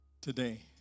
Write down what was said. Today